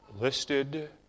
Listed